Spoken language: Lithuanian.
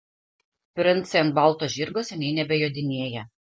princai ant balto žirgo seniai nebejodinėja